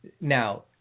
Now